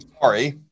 Sorry